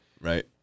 Right